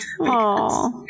Aww